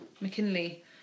McKinley